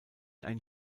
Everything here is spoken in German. ein